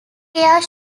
care